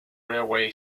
railway